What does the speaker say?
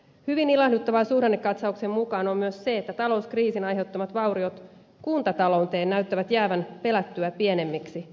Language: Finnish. hyvin ilahduttavaa suhdannekatsauksen mukaan on myös se että talouskriisin aiheuttamat vauriot kuntatalouteen näyttävät jäävän pelättyä pienemmiksi